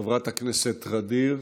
חברת הכנסת ע'דיר,